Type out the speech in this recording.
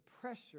pressure